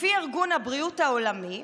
לפי ארגון הבריאות העולמי,